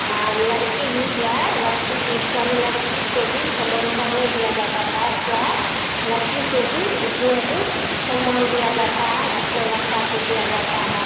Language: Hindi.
और लड़की भी जो है लड़की पहले लड़की को भी समान्तर नहीं दिया जाता था अब जो है लड़की को भी उतना ही सम्मान दिया जाता है जितना लड़का को दिया जाता है